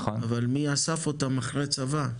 אבל מי אסף אותם אחרי צבא?